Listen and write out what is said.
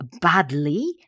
badly